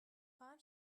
خواهم